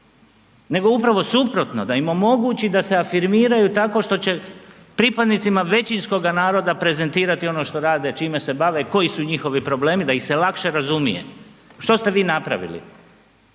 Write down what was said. Nego upravo suprotno, da omogući da se afirmiraju tako što će pripadnicima većinskoga naroda prezentirati ono što rade, čime se bave i koji su njihovi problemi da ih se lakše razumije. Što ste vi napravili?